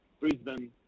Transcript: Brisbane